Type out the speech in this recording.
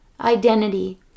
Identity